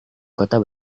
kota